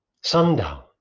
Sundown